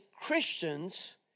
Christians